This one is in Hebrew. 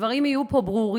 ראוי שהדברים יהיו פה ברורים.